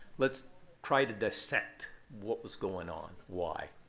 let's try to dissect what was going on. why?